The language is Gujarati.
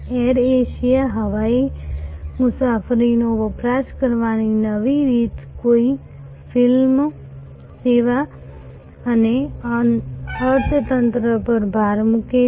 એર એશિયા હવાઈ મુસાફરીનો વપરાશ કરવાની નવી રીત કોઈ ફ્રિલ્સ સેવા અને અર્થતંત્ર પર ભાર મૂકે છે